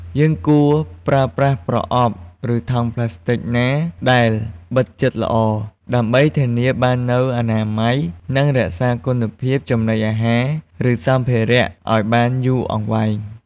យើងគួរប្រើប្រាស់ប្រអប់ ឬថង់ប្លាស្ទិកណាដែលបិទជិតល្អ ដើម្បីធានាបាននូវអនាម័យ និងរក្សាគុណភាពចំណីអាហារ ឬសម្ភារៈឲ្យបានយូរអង្វែង។